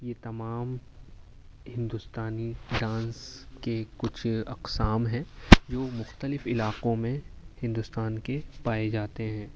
یہ تمام ہندوستانی ڈانس کے کچھ اقسام ہیں جو مختلف علاقوں میں ہندوستان کے پائے جاتے ہیں